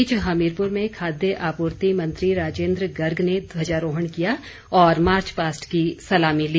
इस बीच हमीरपुर में खाद्य आपूर्ति मंत्री राजेंद्र गर्ग ने ध्वजारोहण किया और मार्च पास्ट की सलामी ली